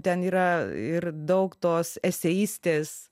ten yra ir daug tos eseistės